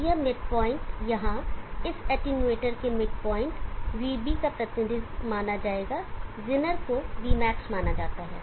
तो यह मिडपॉइंट यहाँ इस एटेन्यूएटर के मिडपॉइंट vB का प्रतिनिधित्व माना जाएगा जेनर को vmax माना जाता है